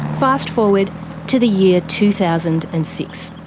fast forward to the year two thousand and six.